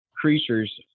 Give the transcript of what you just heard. creatures